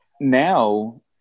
now